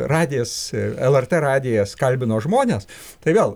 radijas lrt radijas kalbino žmones tai vėl